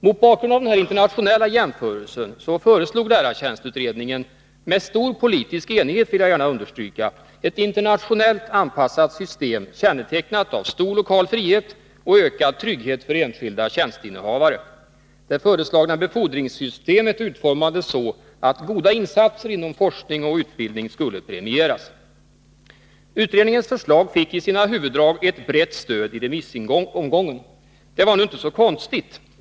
Mot bakgrund av den internationella jämförelsen föreslog lärartjänstutredningen — med stor politisk enighet, vill jag gärna understryka — ett internationellt anpassat system kännetecknat av en stor lokal frihet och ökad trygghet för enskilda tjänsteinnehavare. Det föreslagna befordringssystemet utformades så att goda insatser inom forskning och utbildning skulle premieras. Utredningens förslag fick i sina huvuddrag ett brett stöd i remissomgången. Det var nu inte så konstigt.